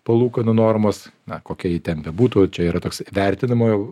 palūkanų normos na kokia ji ten bebūtų čia yra toks vertinamojo